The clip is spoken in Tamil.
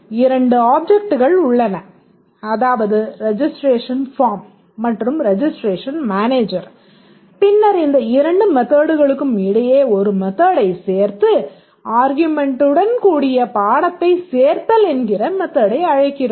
இரண்டு ஆப்ஜெக்ட்கள் உள்ளன அதாவது ரெஜிஸ்டரேஷன் பார்ம் மற்றும் ரெஜிஸ்டரேஷன் மேனேஜர் பின்னர் இந்த இரண்டு மெத்தட்களுக்கும் இடையே ஒரு மெத்தடை சேர்த்து ஆர்க்யூமென்ட்டுடன் கூடிய பாடத்தைச் சேர்த்தல் என்கிற மெத்தடை அழைக்கிறோம்